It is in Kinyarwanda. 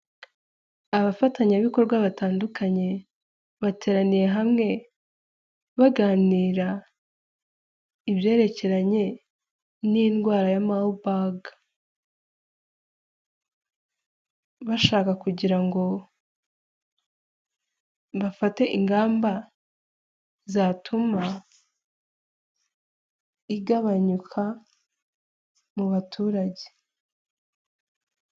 Abafatanyabikorwa batandukanye, bateraniye hamwe baganira ibyerekeranye n'indwara ya Marburg, bashaka kugira ngo bafate ingamba zatuma igabanyuka mu baturage.